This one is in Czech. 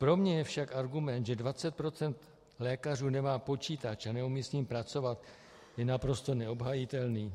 Pro mě je však argument, že 20 % lékařů nemá počítač a neumí s ním pracovat, naprosto neobhajitelný.